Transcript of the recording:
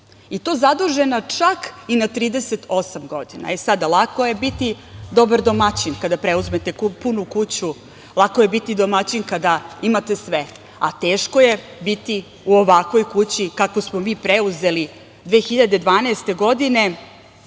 i to zadužena čak i na 38 godina.E, sad, lako je biti dobar domaćin kada preduzmete punu kuću, lako je biti domaćin kada imate sve, a teško je biti u ovakvoj kući kakvu smo mi preuzeli 2012. godine.